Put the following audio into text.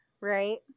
right